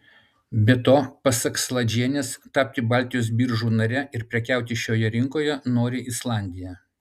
be to pasak saladžienės tapti baltijos biržų nare ir prekiauti šioje rinkoje nori islandija